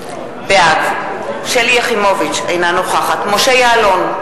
בעד שלי יחימוביץ, אינה נוכחת משה יעלון,